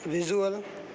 visual